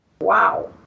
Wow